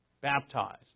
Baptized